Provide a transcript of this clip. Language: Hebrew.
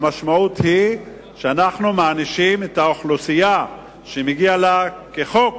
המשמעות של זה היא שאנחנו מענישים את האוכלוסייה שמגיע לה כחוק